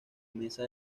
mesa